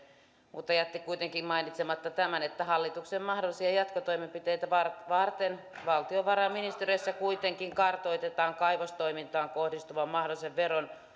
mutta jätti kuitenkin mainitsematta tämän että hallituksen mahdollisia jatkotoimenpiteitä varten varten valtiovarainministeriössä kuitenkin kartoitetaan kaivostoimintaan kohdistuvan mahdollisen veron